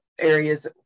areas